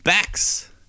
Bex